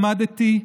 למדתי,